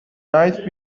nice